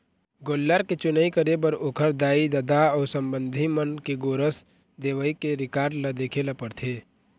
गोल्लर के चुनई करे बर ओखर दाई, ददा अउ संबंधी मन के गोरस देवई के रिकार्ड ल देखे ल परथे